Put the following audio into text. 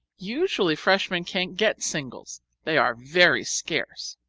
usually freshmen can't get singles they are very scarce,